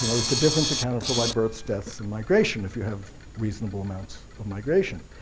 and is the difference accounted for by births, deaths, and migration if you have reasonable amounts of migration.